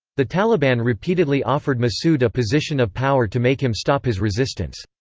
the taliban repeatedly offered massoud a position of power to make him stop his resistance.